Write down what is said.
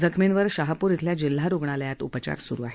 जखमींवर शहापूर इथल्या जिल्हा रुग्णालयात उपचार स्रु आहेत